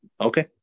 Okay